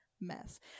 mess